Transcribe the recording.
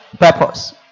Purpose